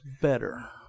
better